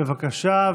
בבקשה,